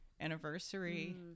anniversary